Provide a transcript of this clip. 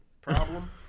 Problem